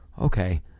okay